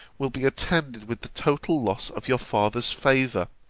will be attended with the total loss of your father's favour